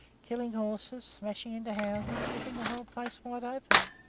killing horses, smashing into houses, ripping the whole place wide open.